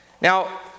Now